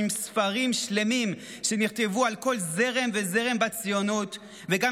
ספרים שלמים שנכתבו על כל זרם וזרם בציונות וגם